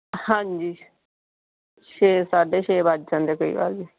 ਹਾਂਜੀ ਛੇ ਸਾਢੇ ਛੇ ਵੱਜ ਜਾਂਦੇ ਕਈ ਵਾਰੀ